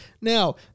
Now